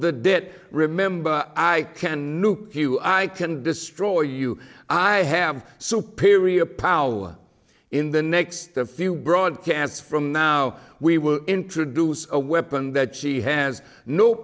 the debt remember i can nuke you i can destroy you i have superior power in the next few broadcasts from now we will introduce a weapon that she has no